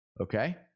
Okay